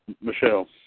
Michelle